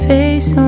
Face